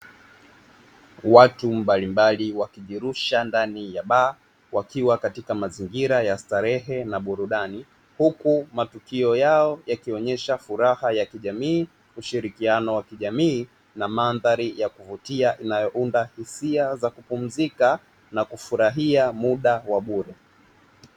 Watu mbalimbali wakijirusha ndani ya baa, wakiwa katika mazingira ya starehe na burudani huku matukio yao yakionyesha furaha ya kijamii, ushirikiano wa kijamii na mandhari ya kuvutia inayounda hisia za kupumzika na kufurahi muda wa bure.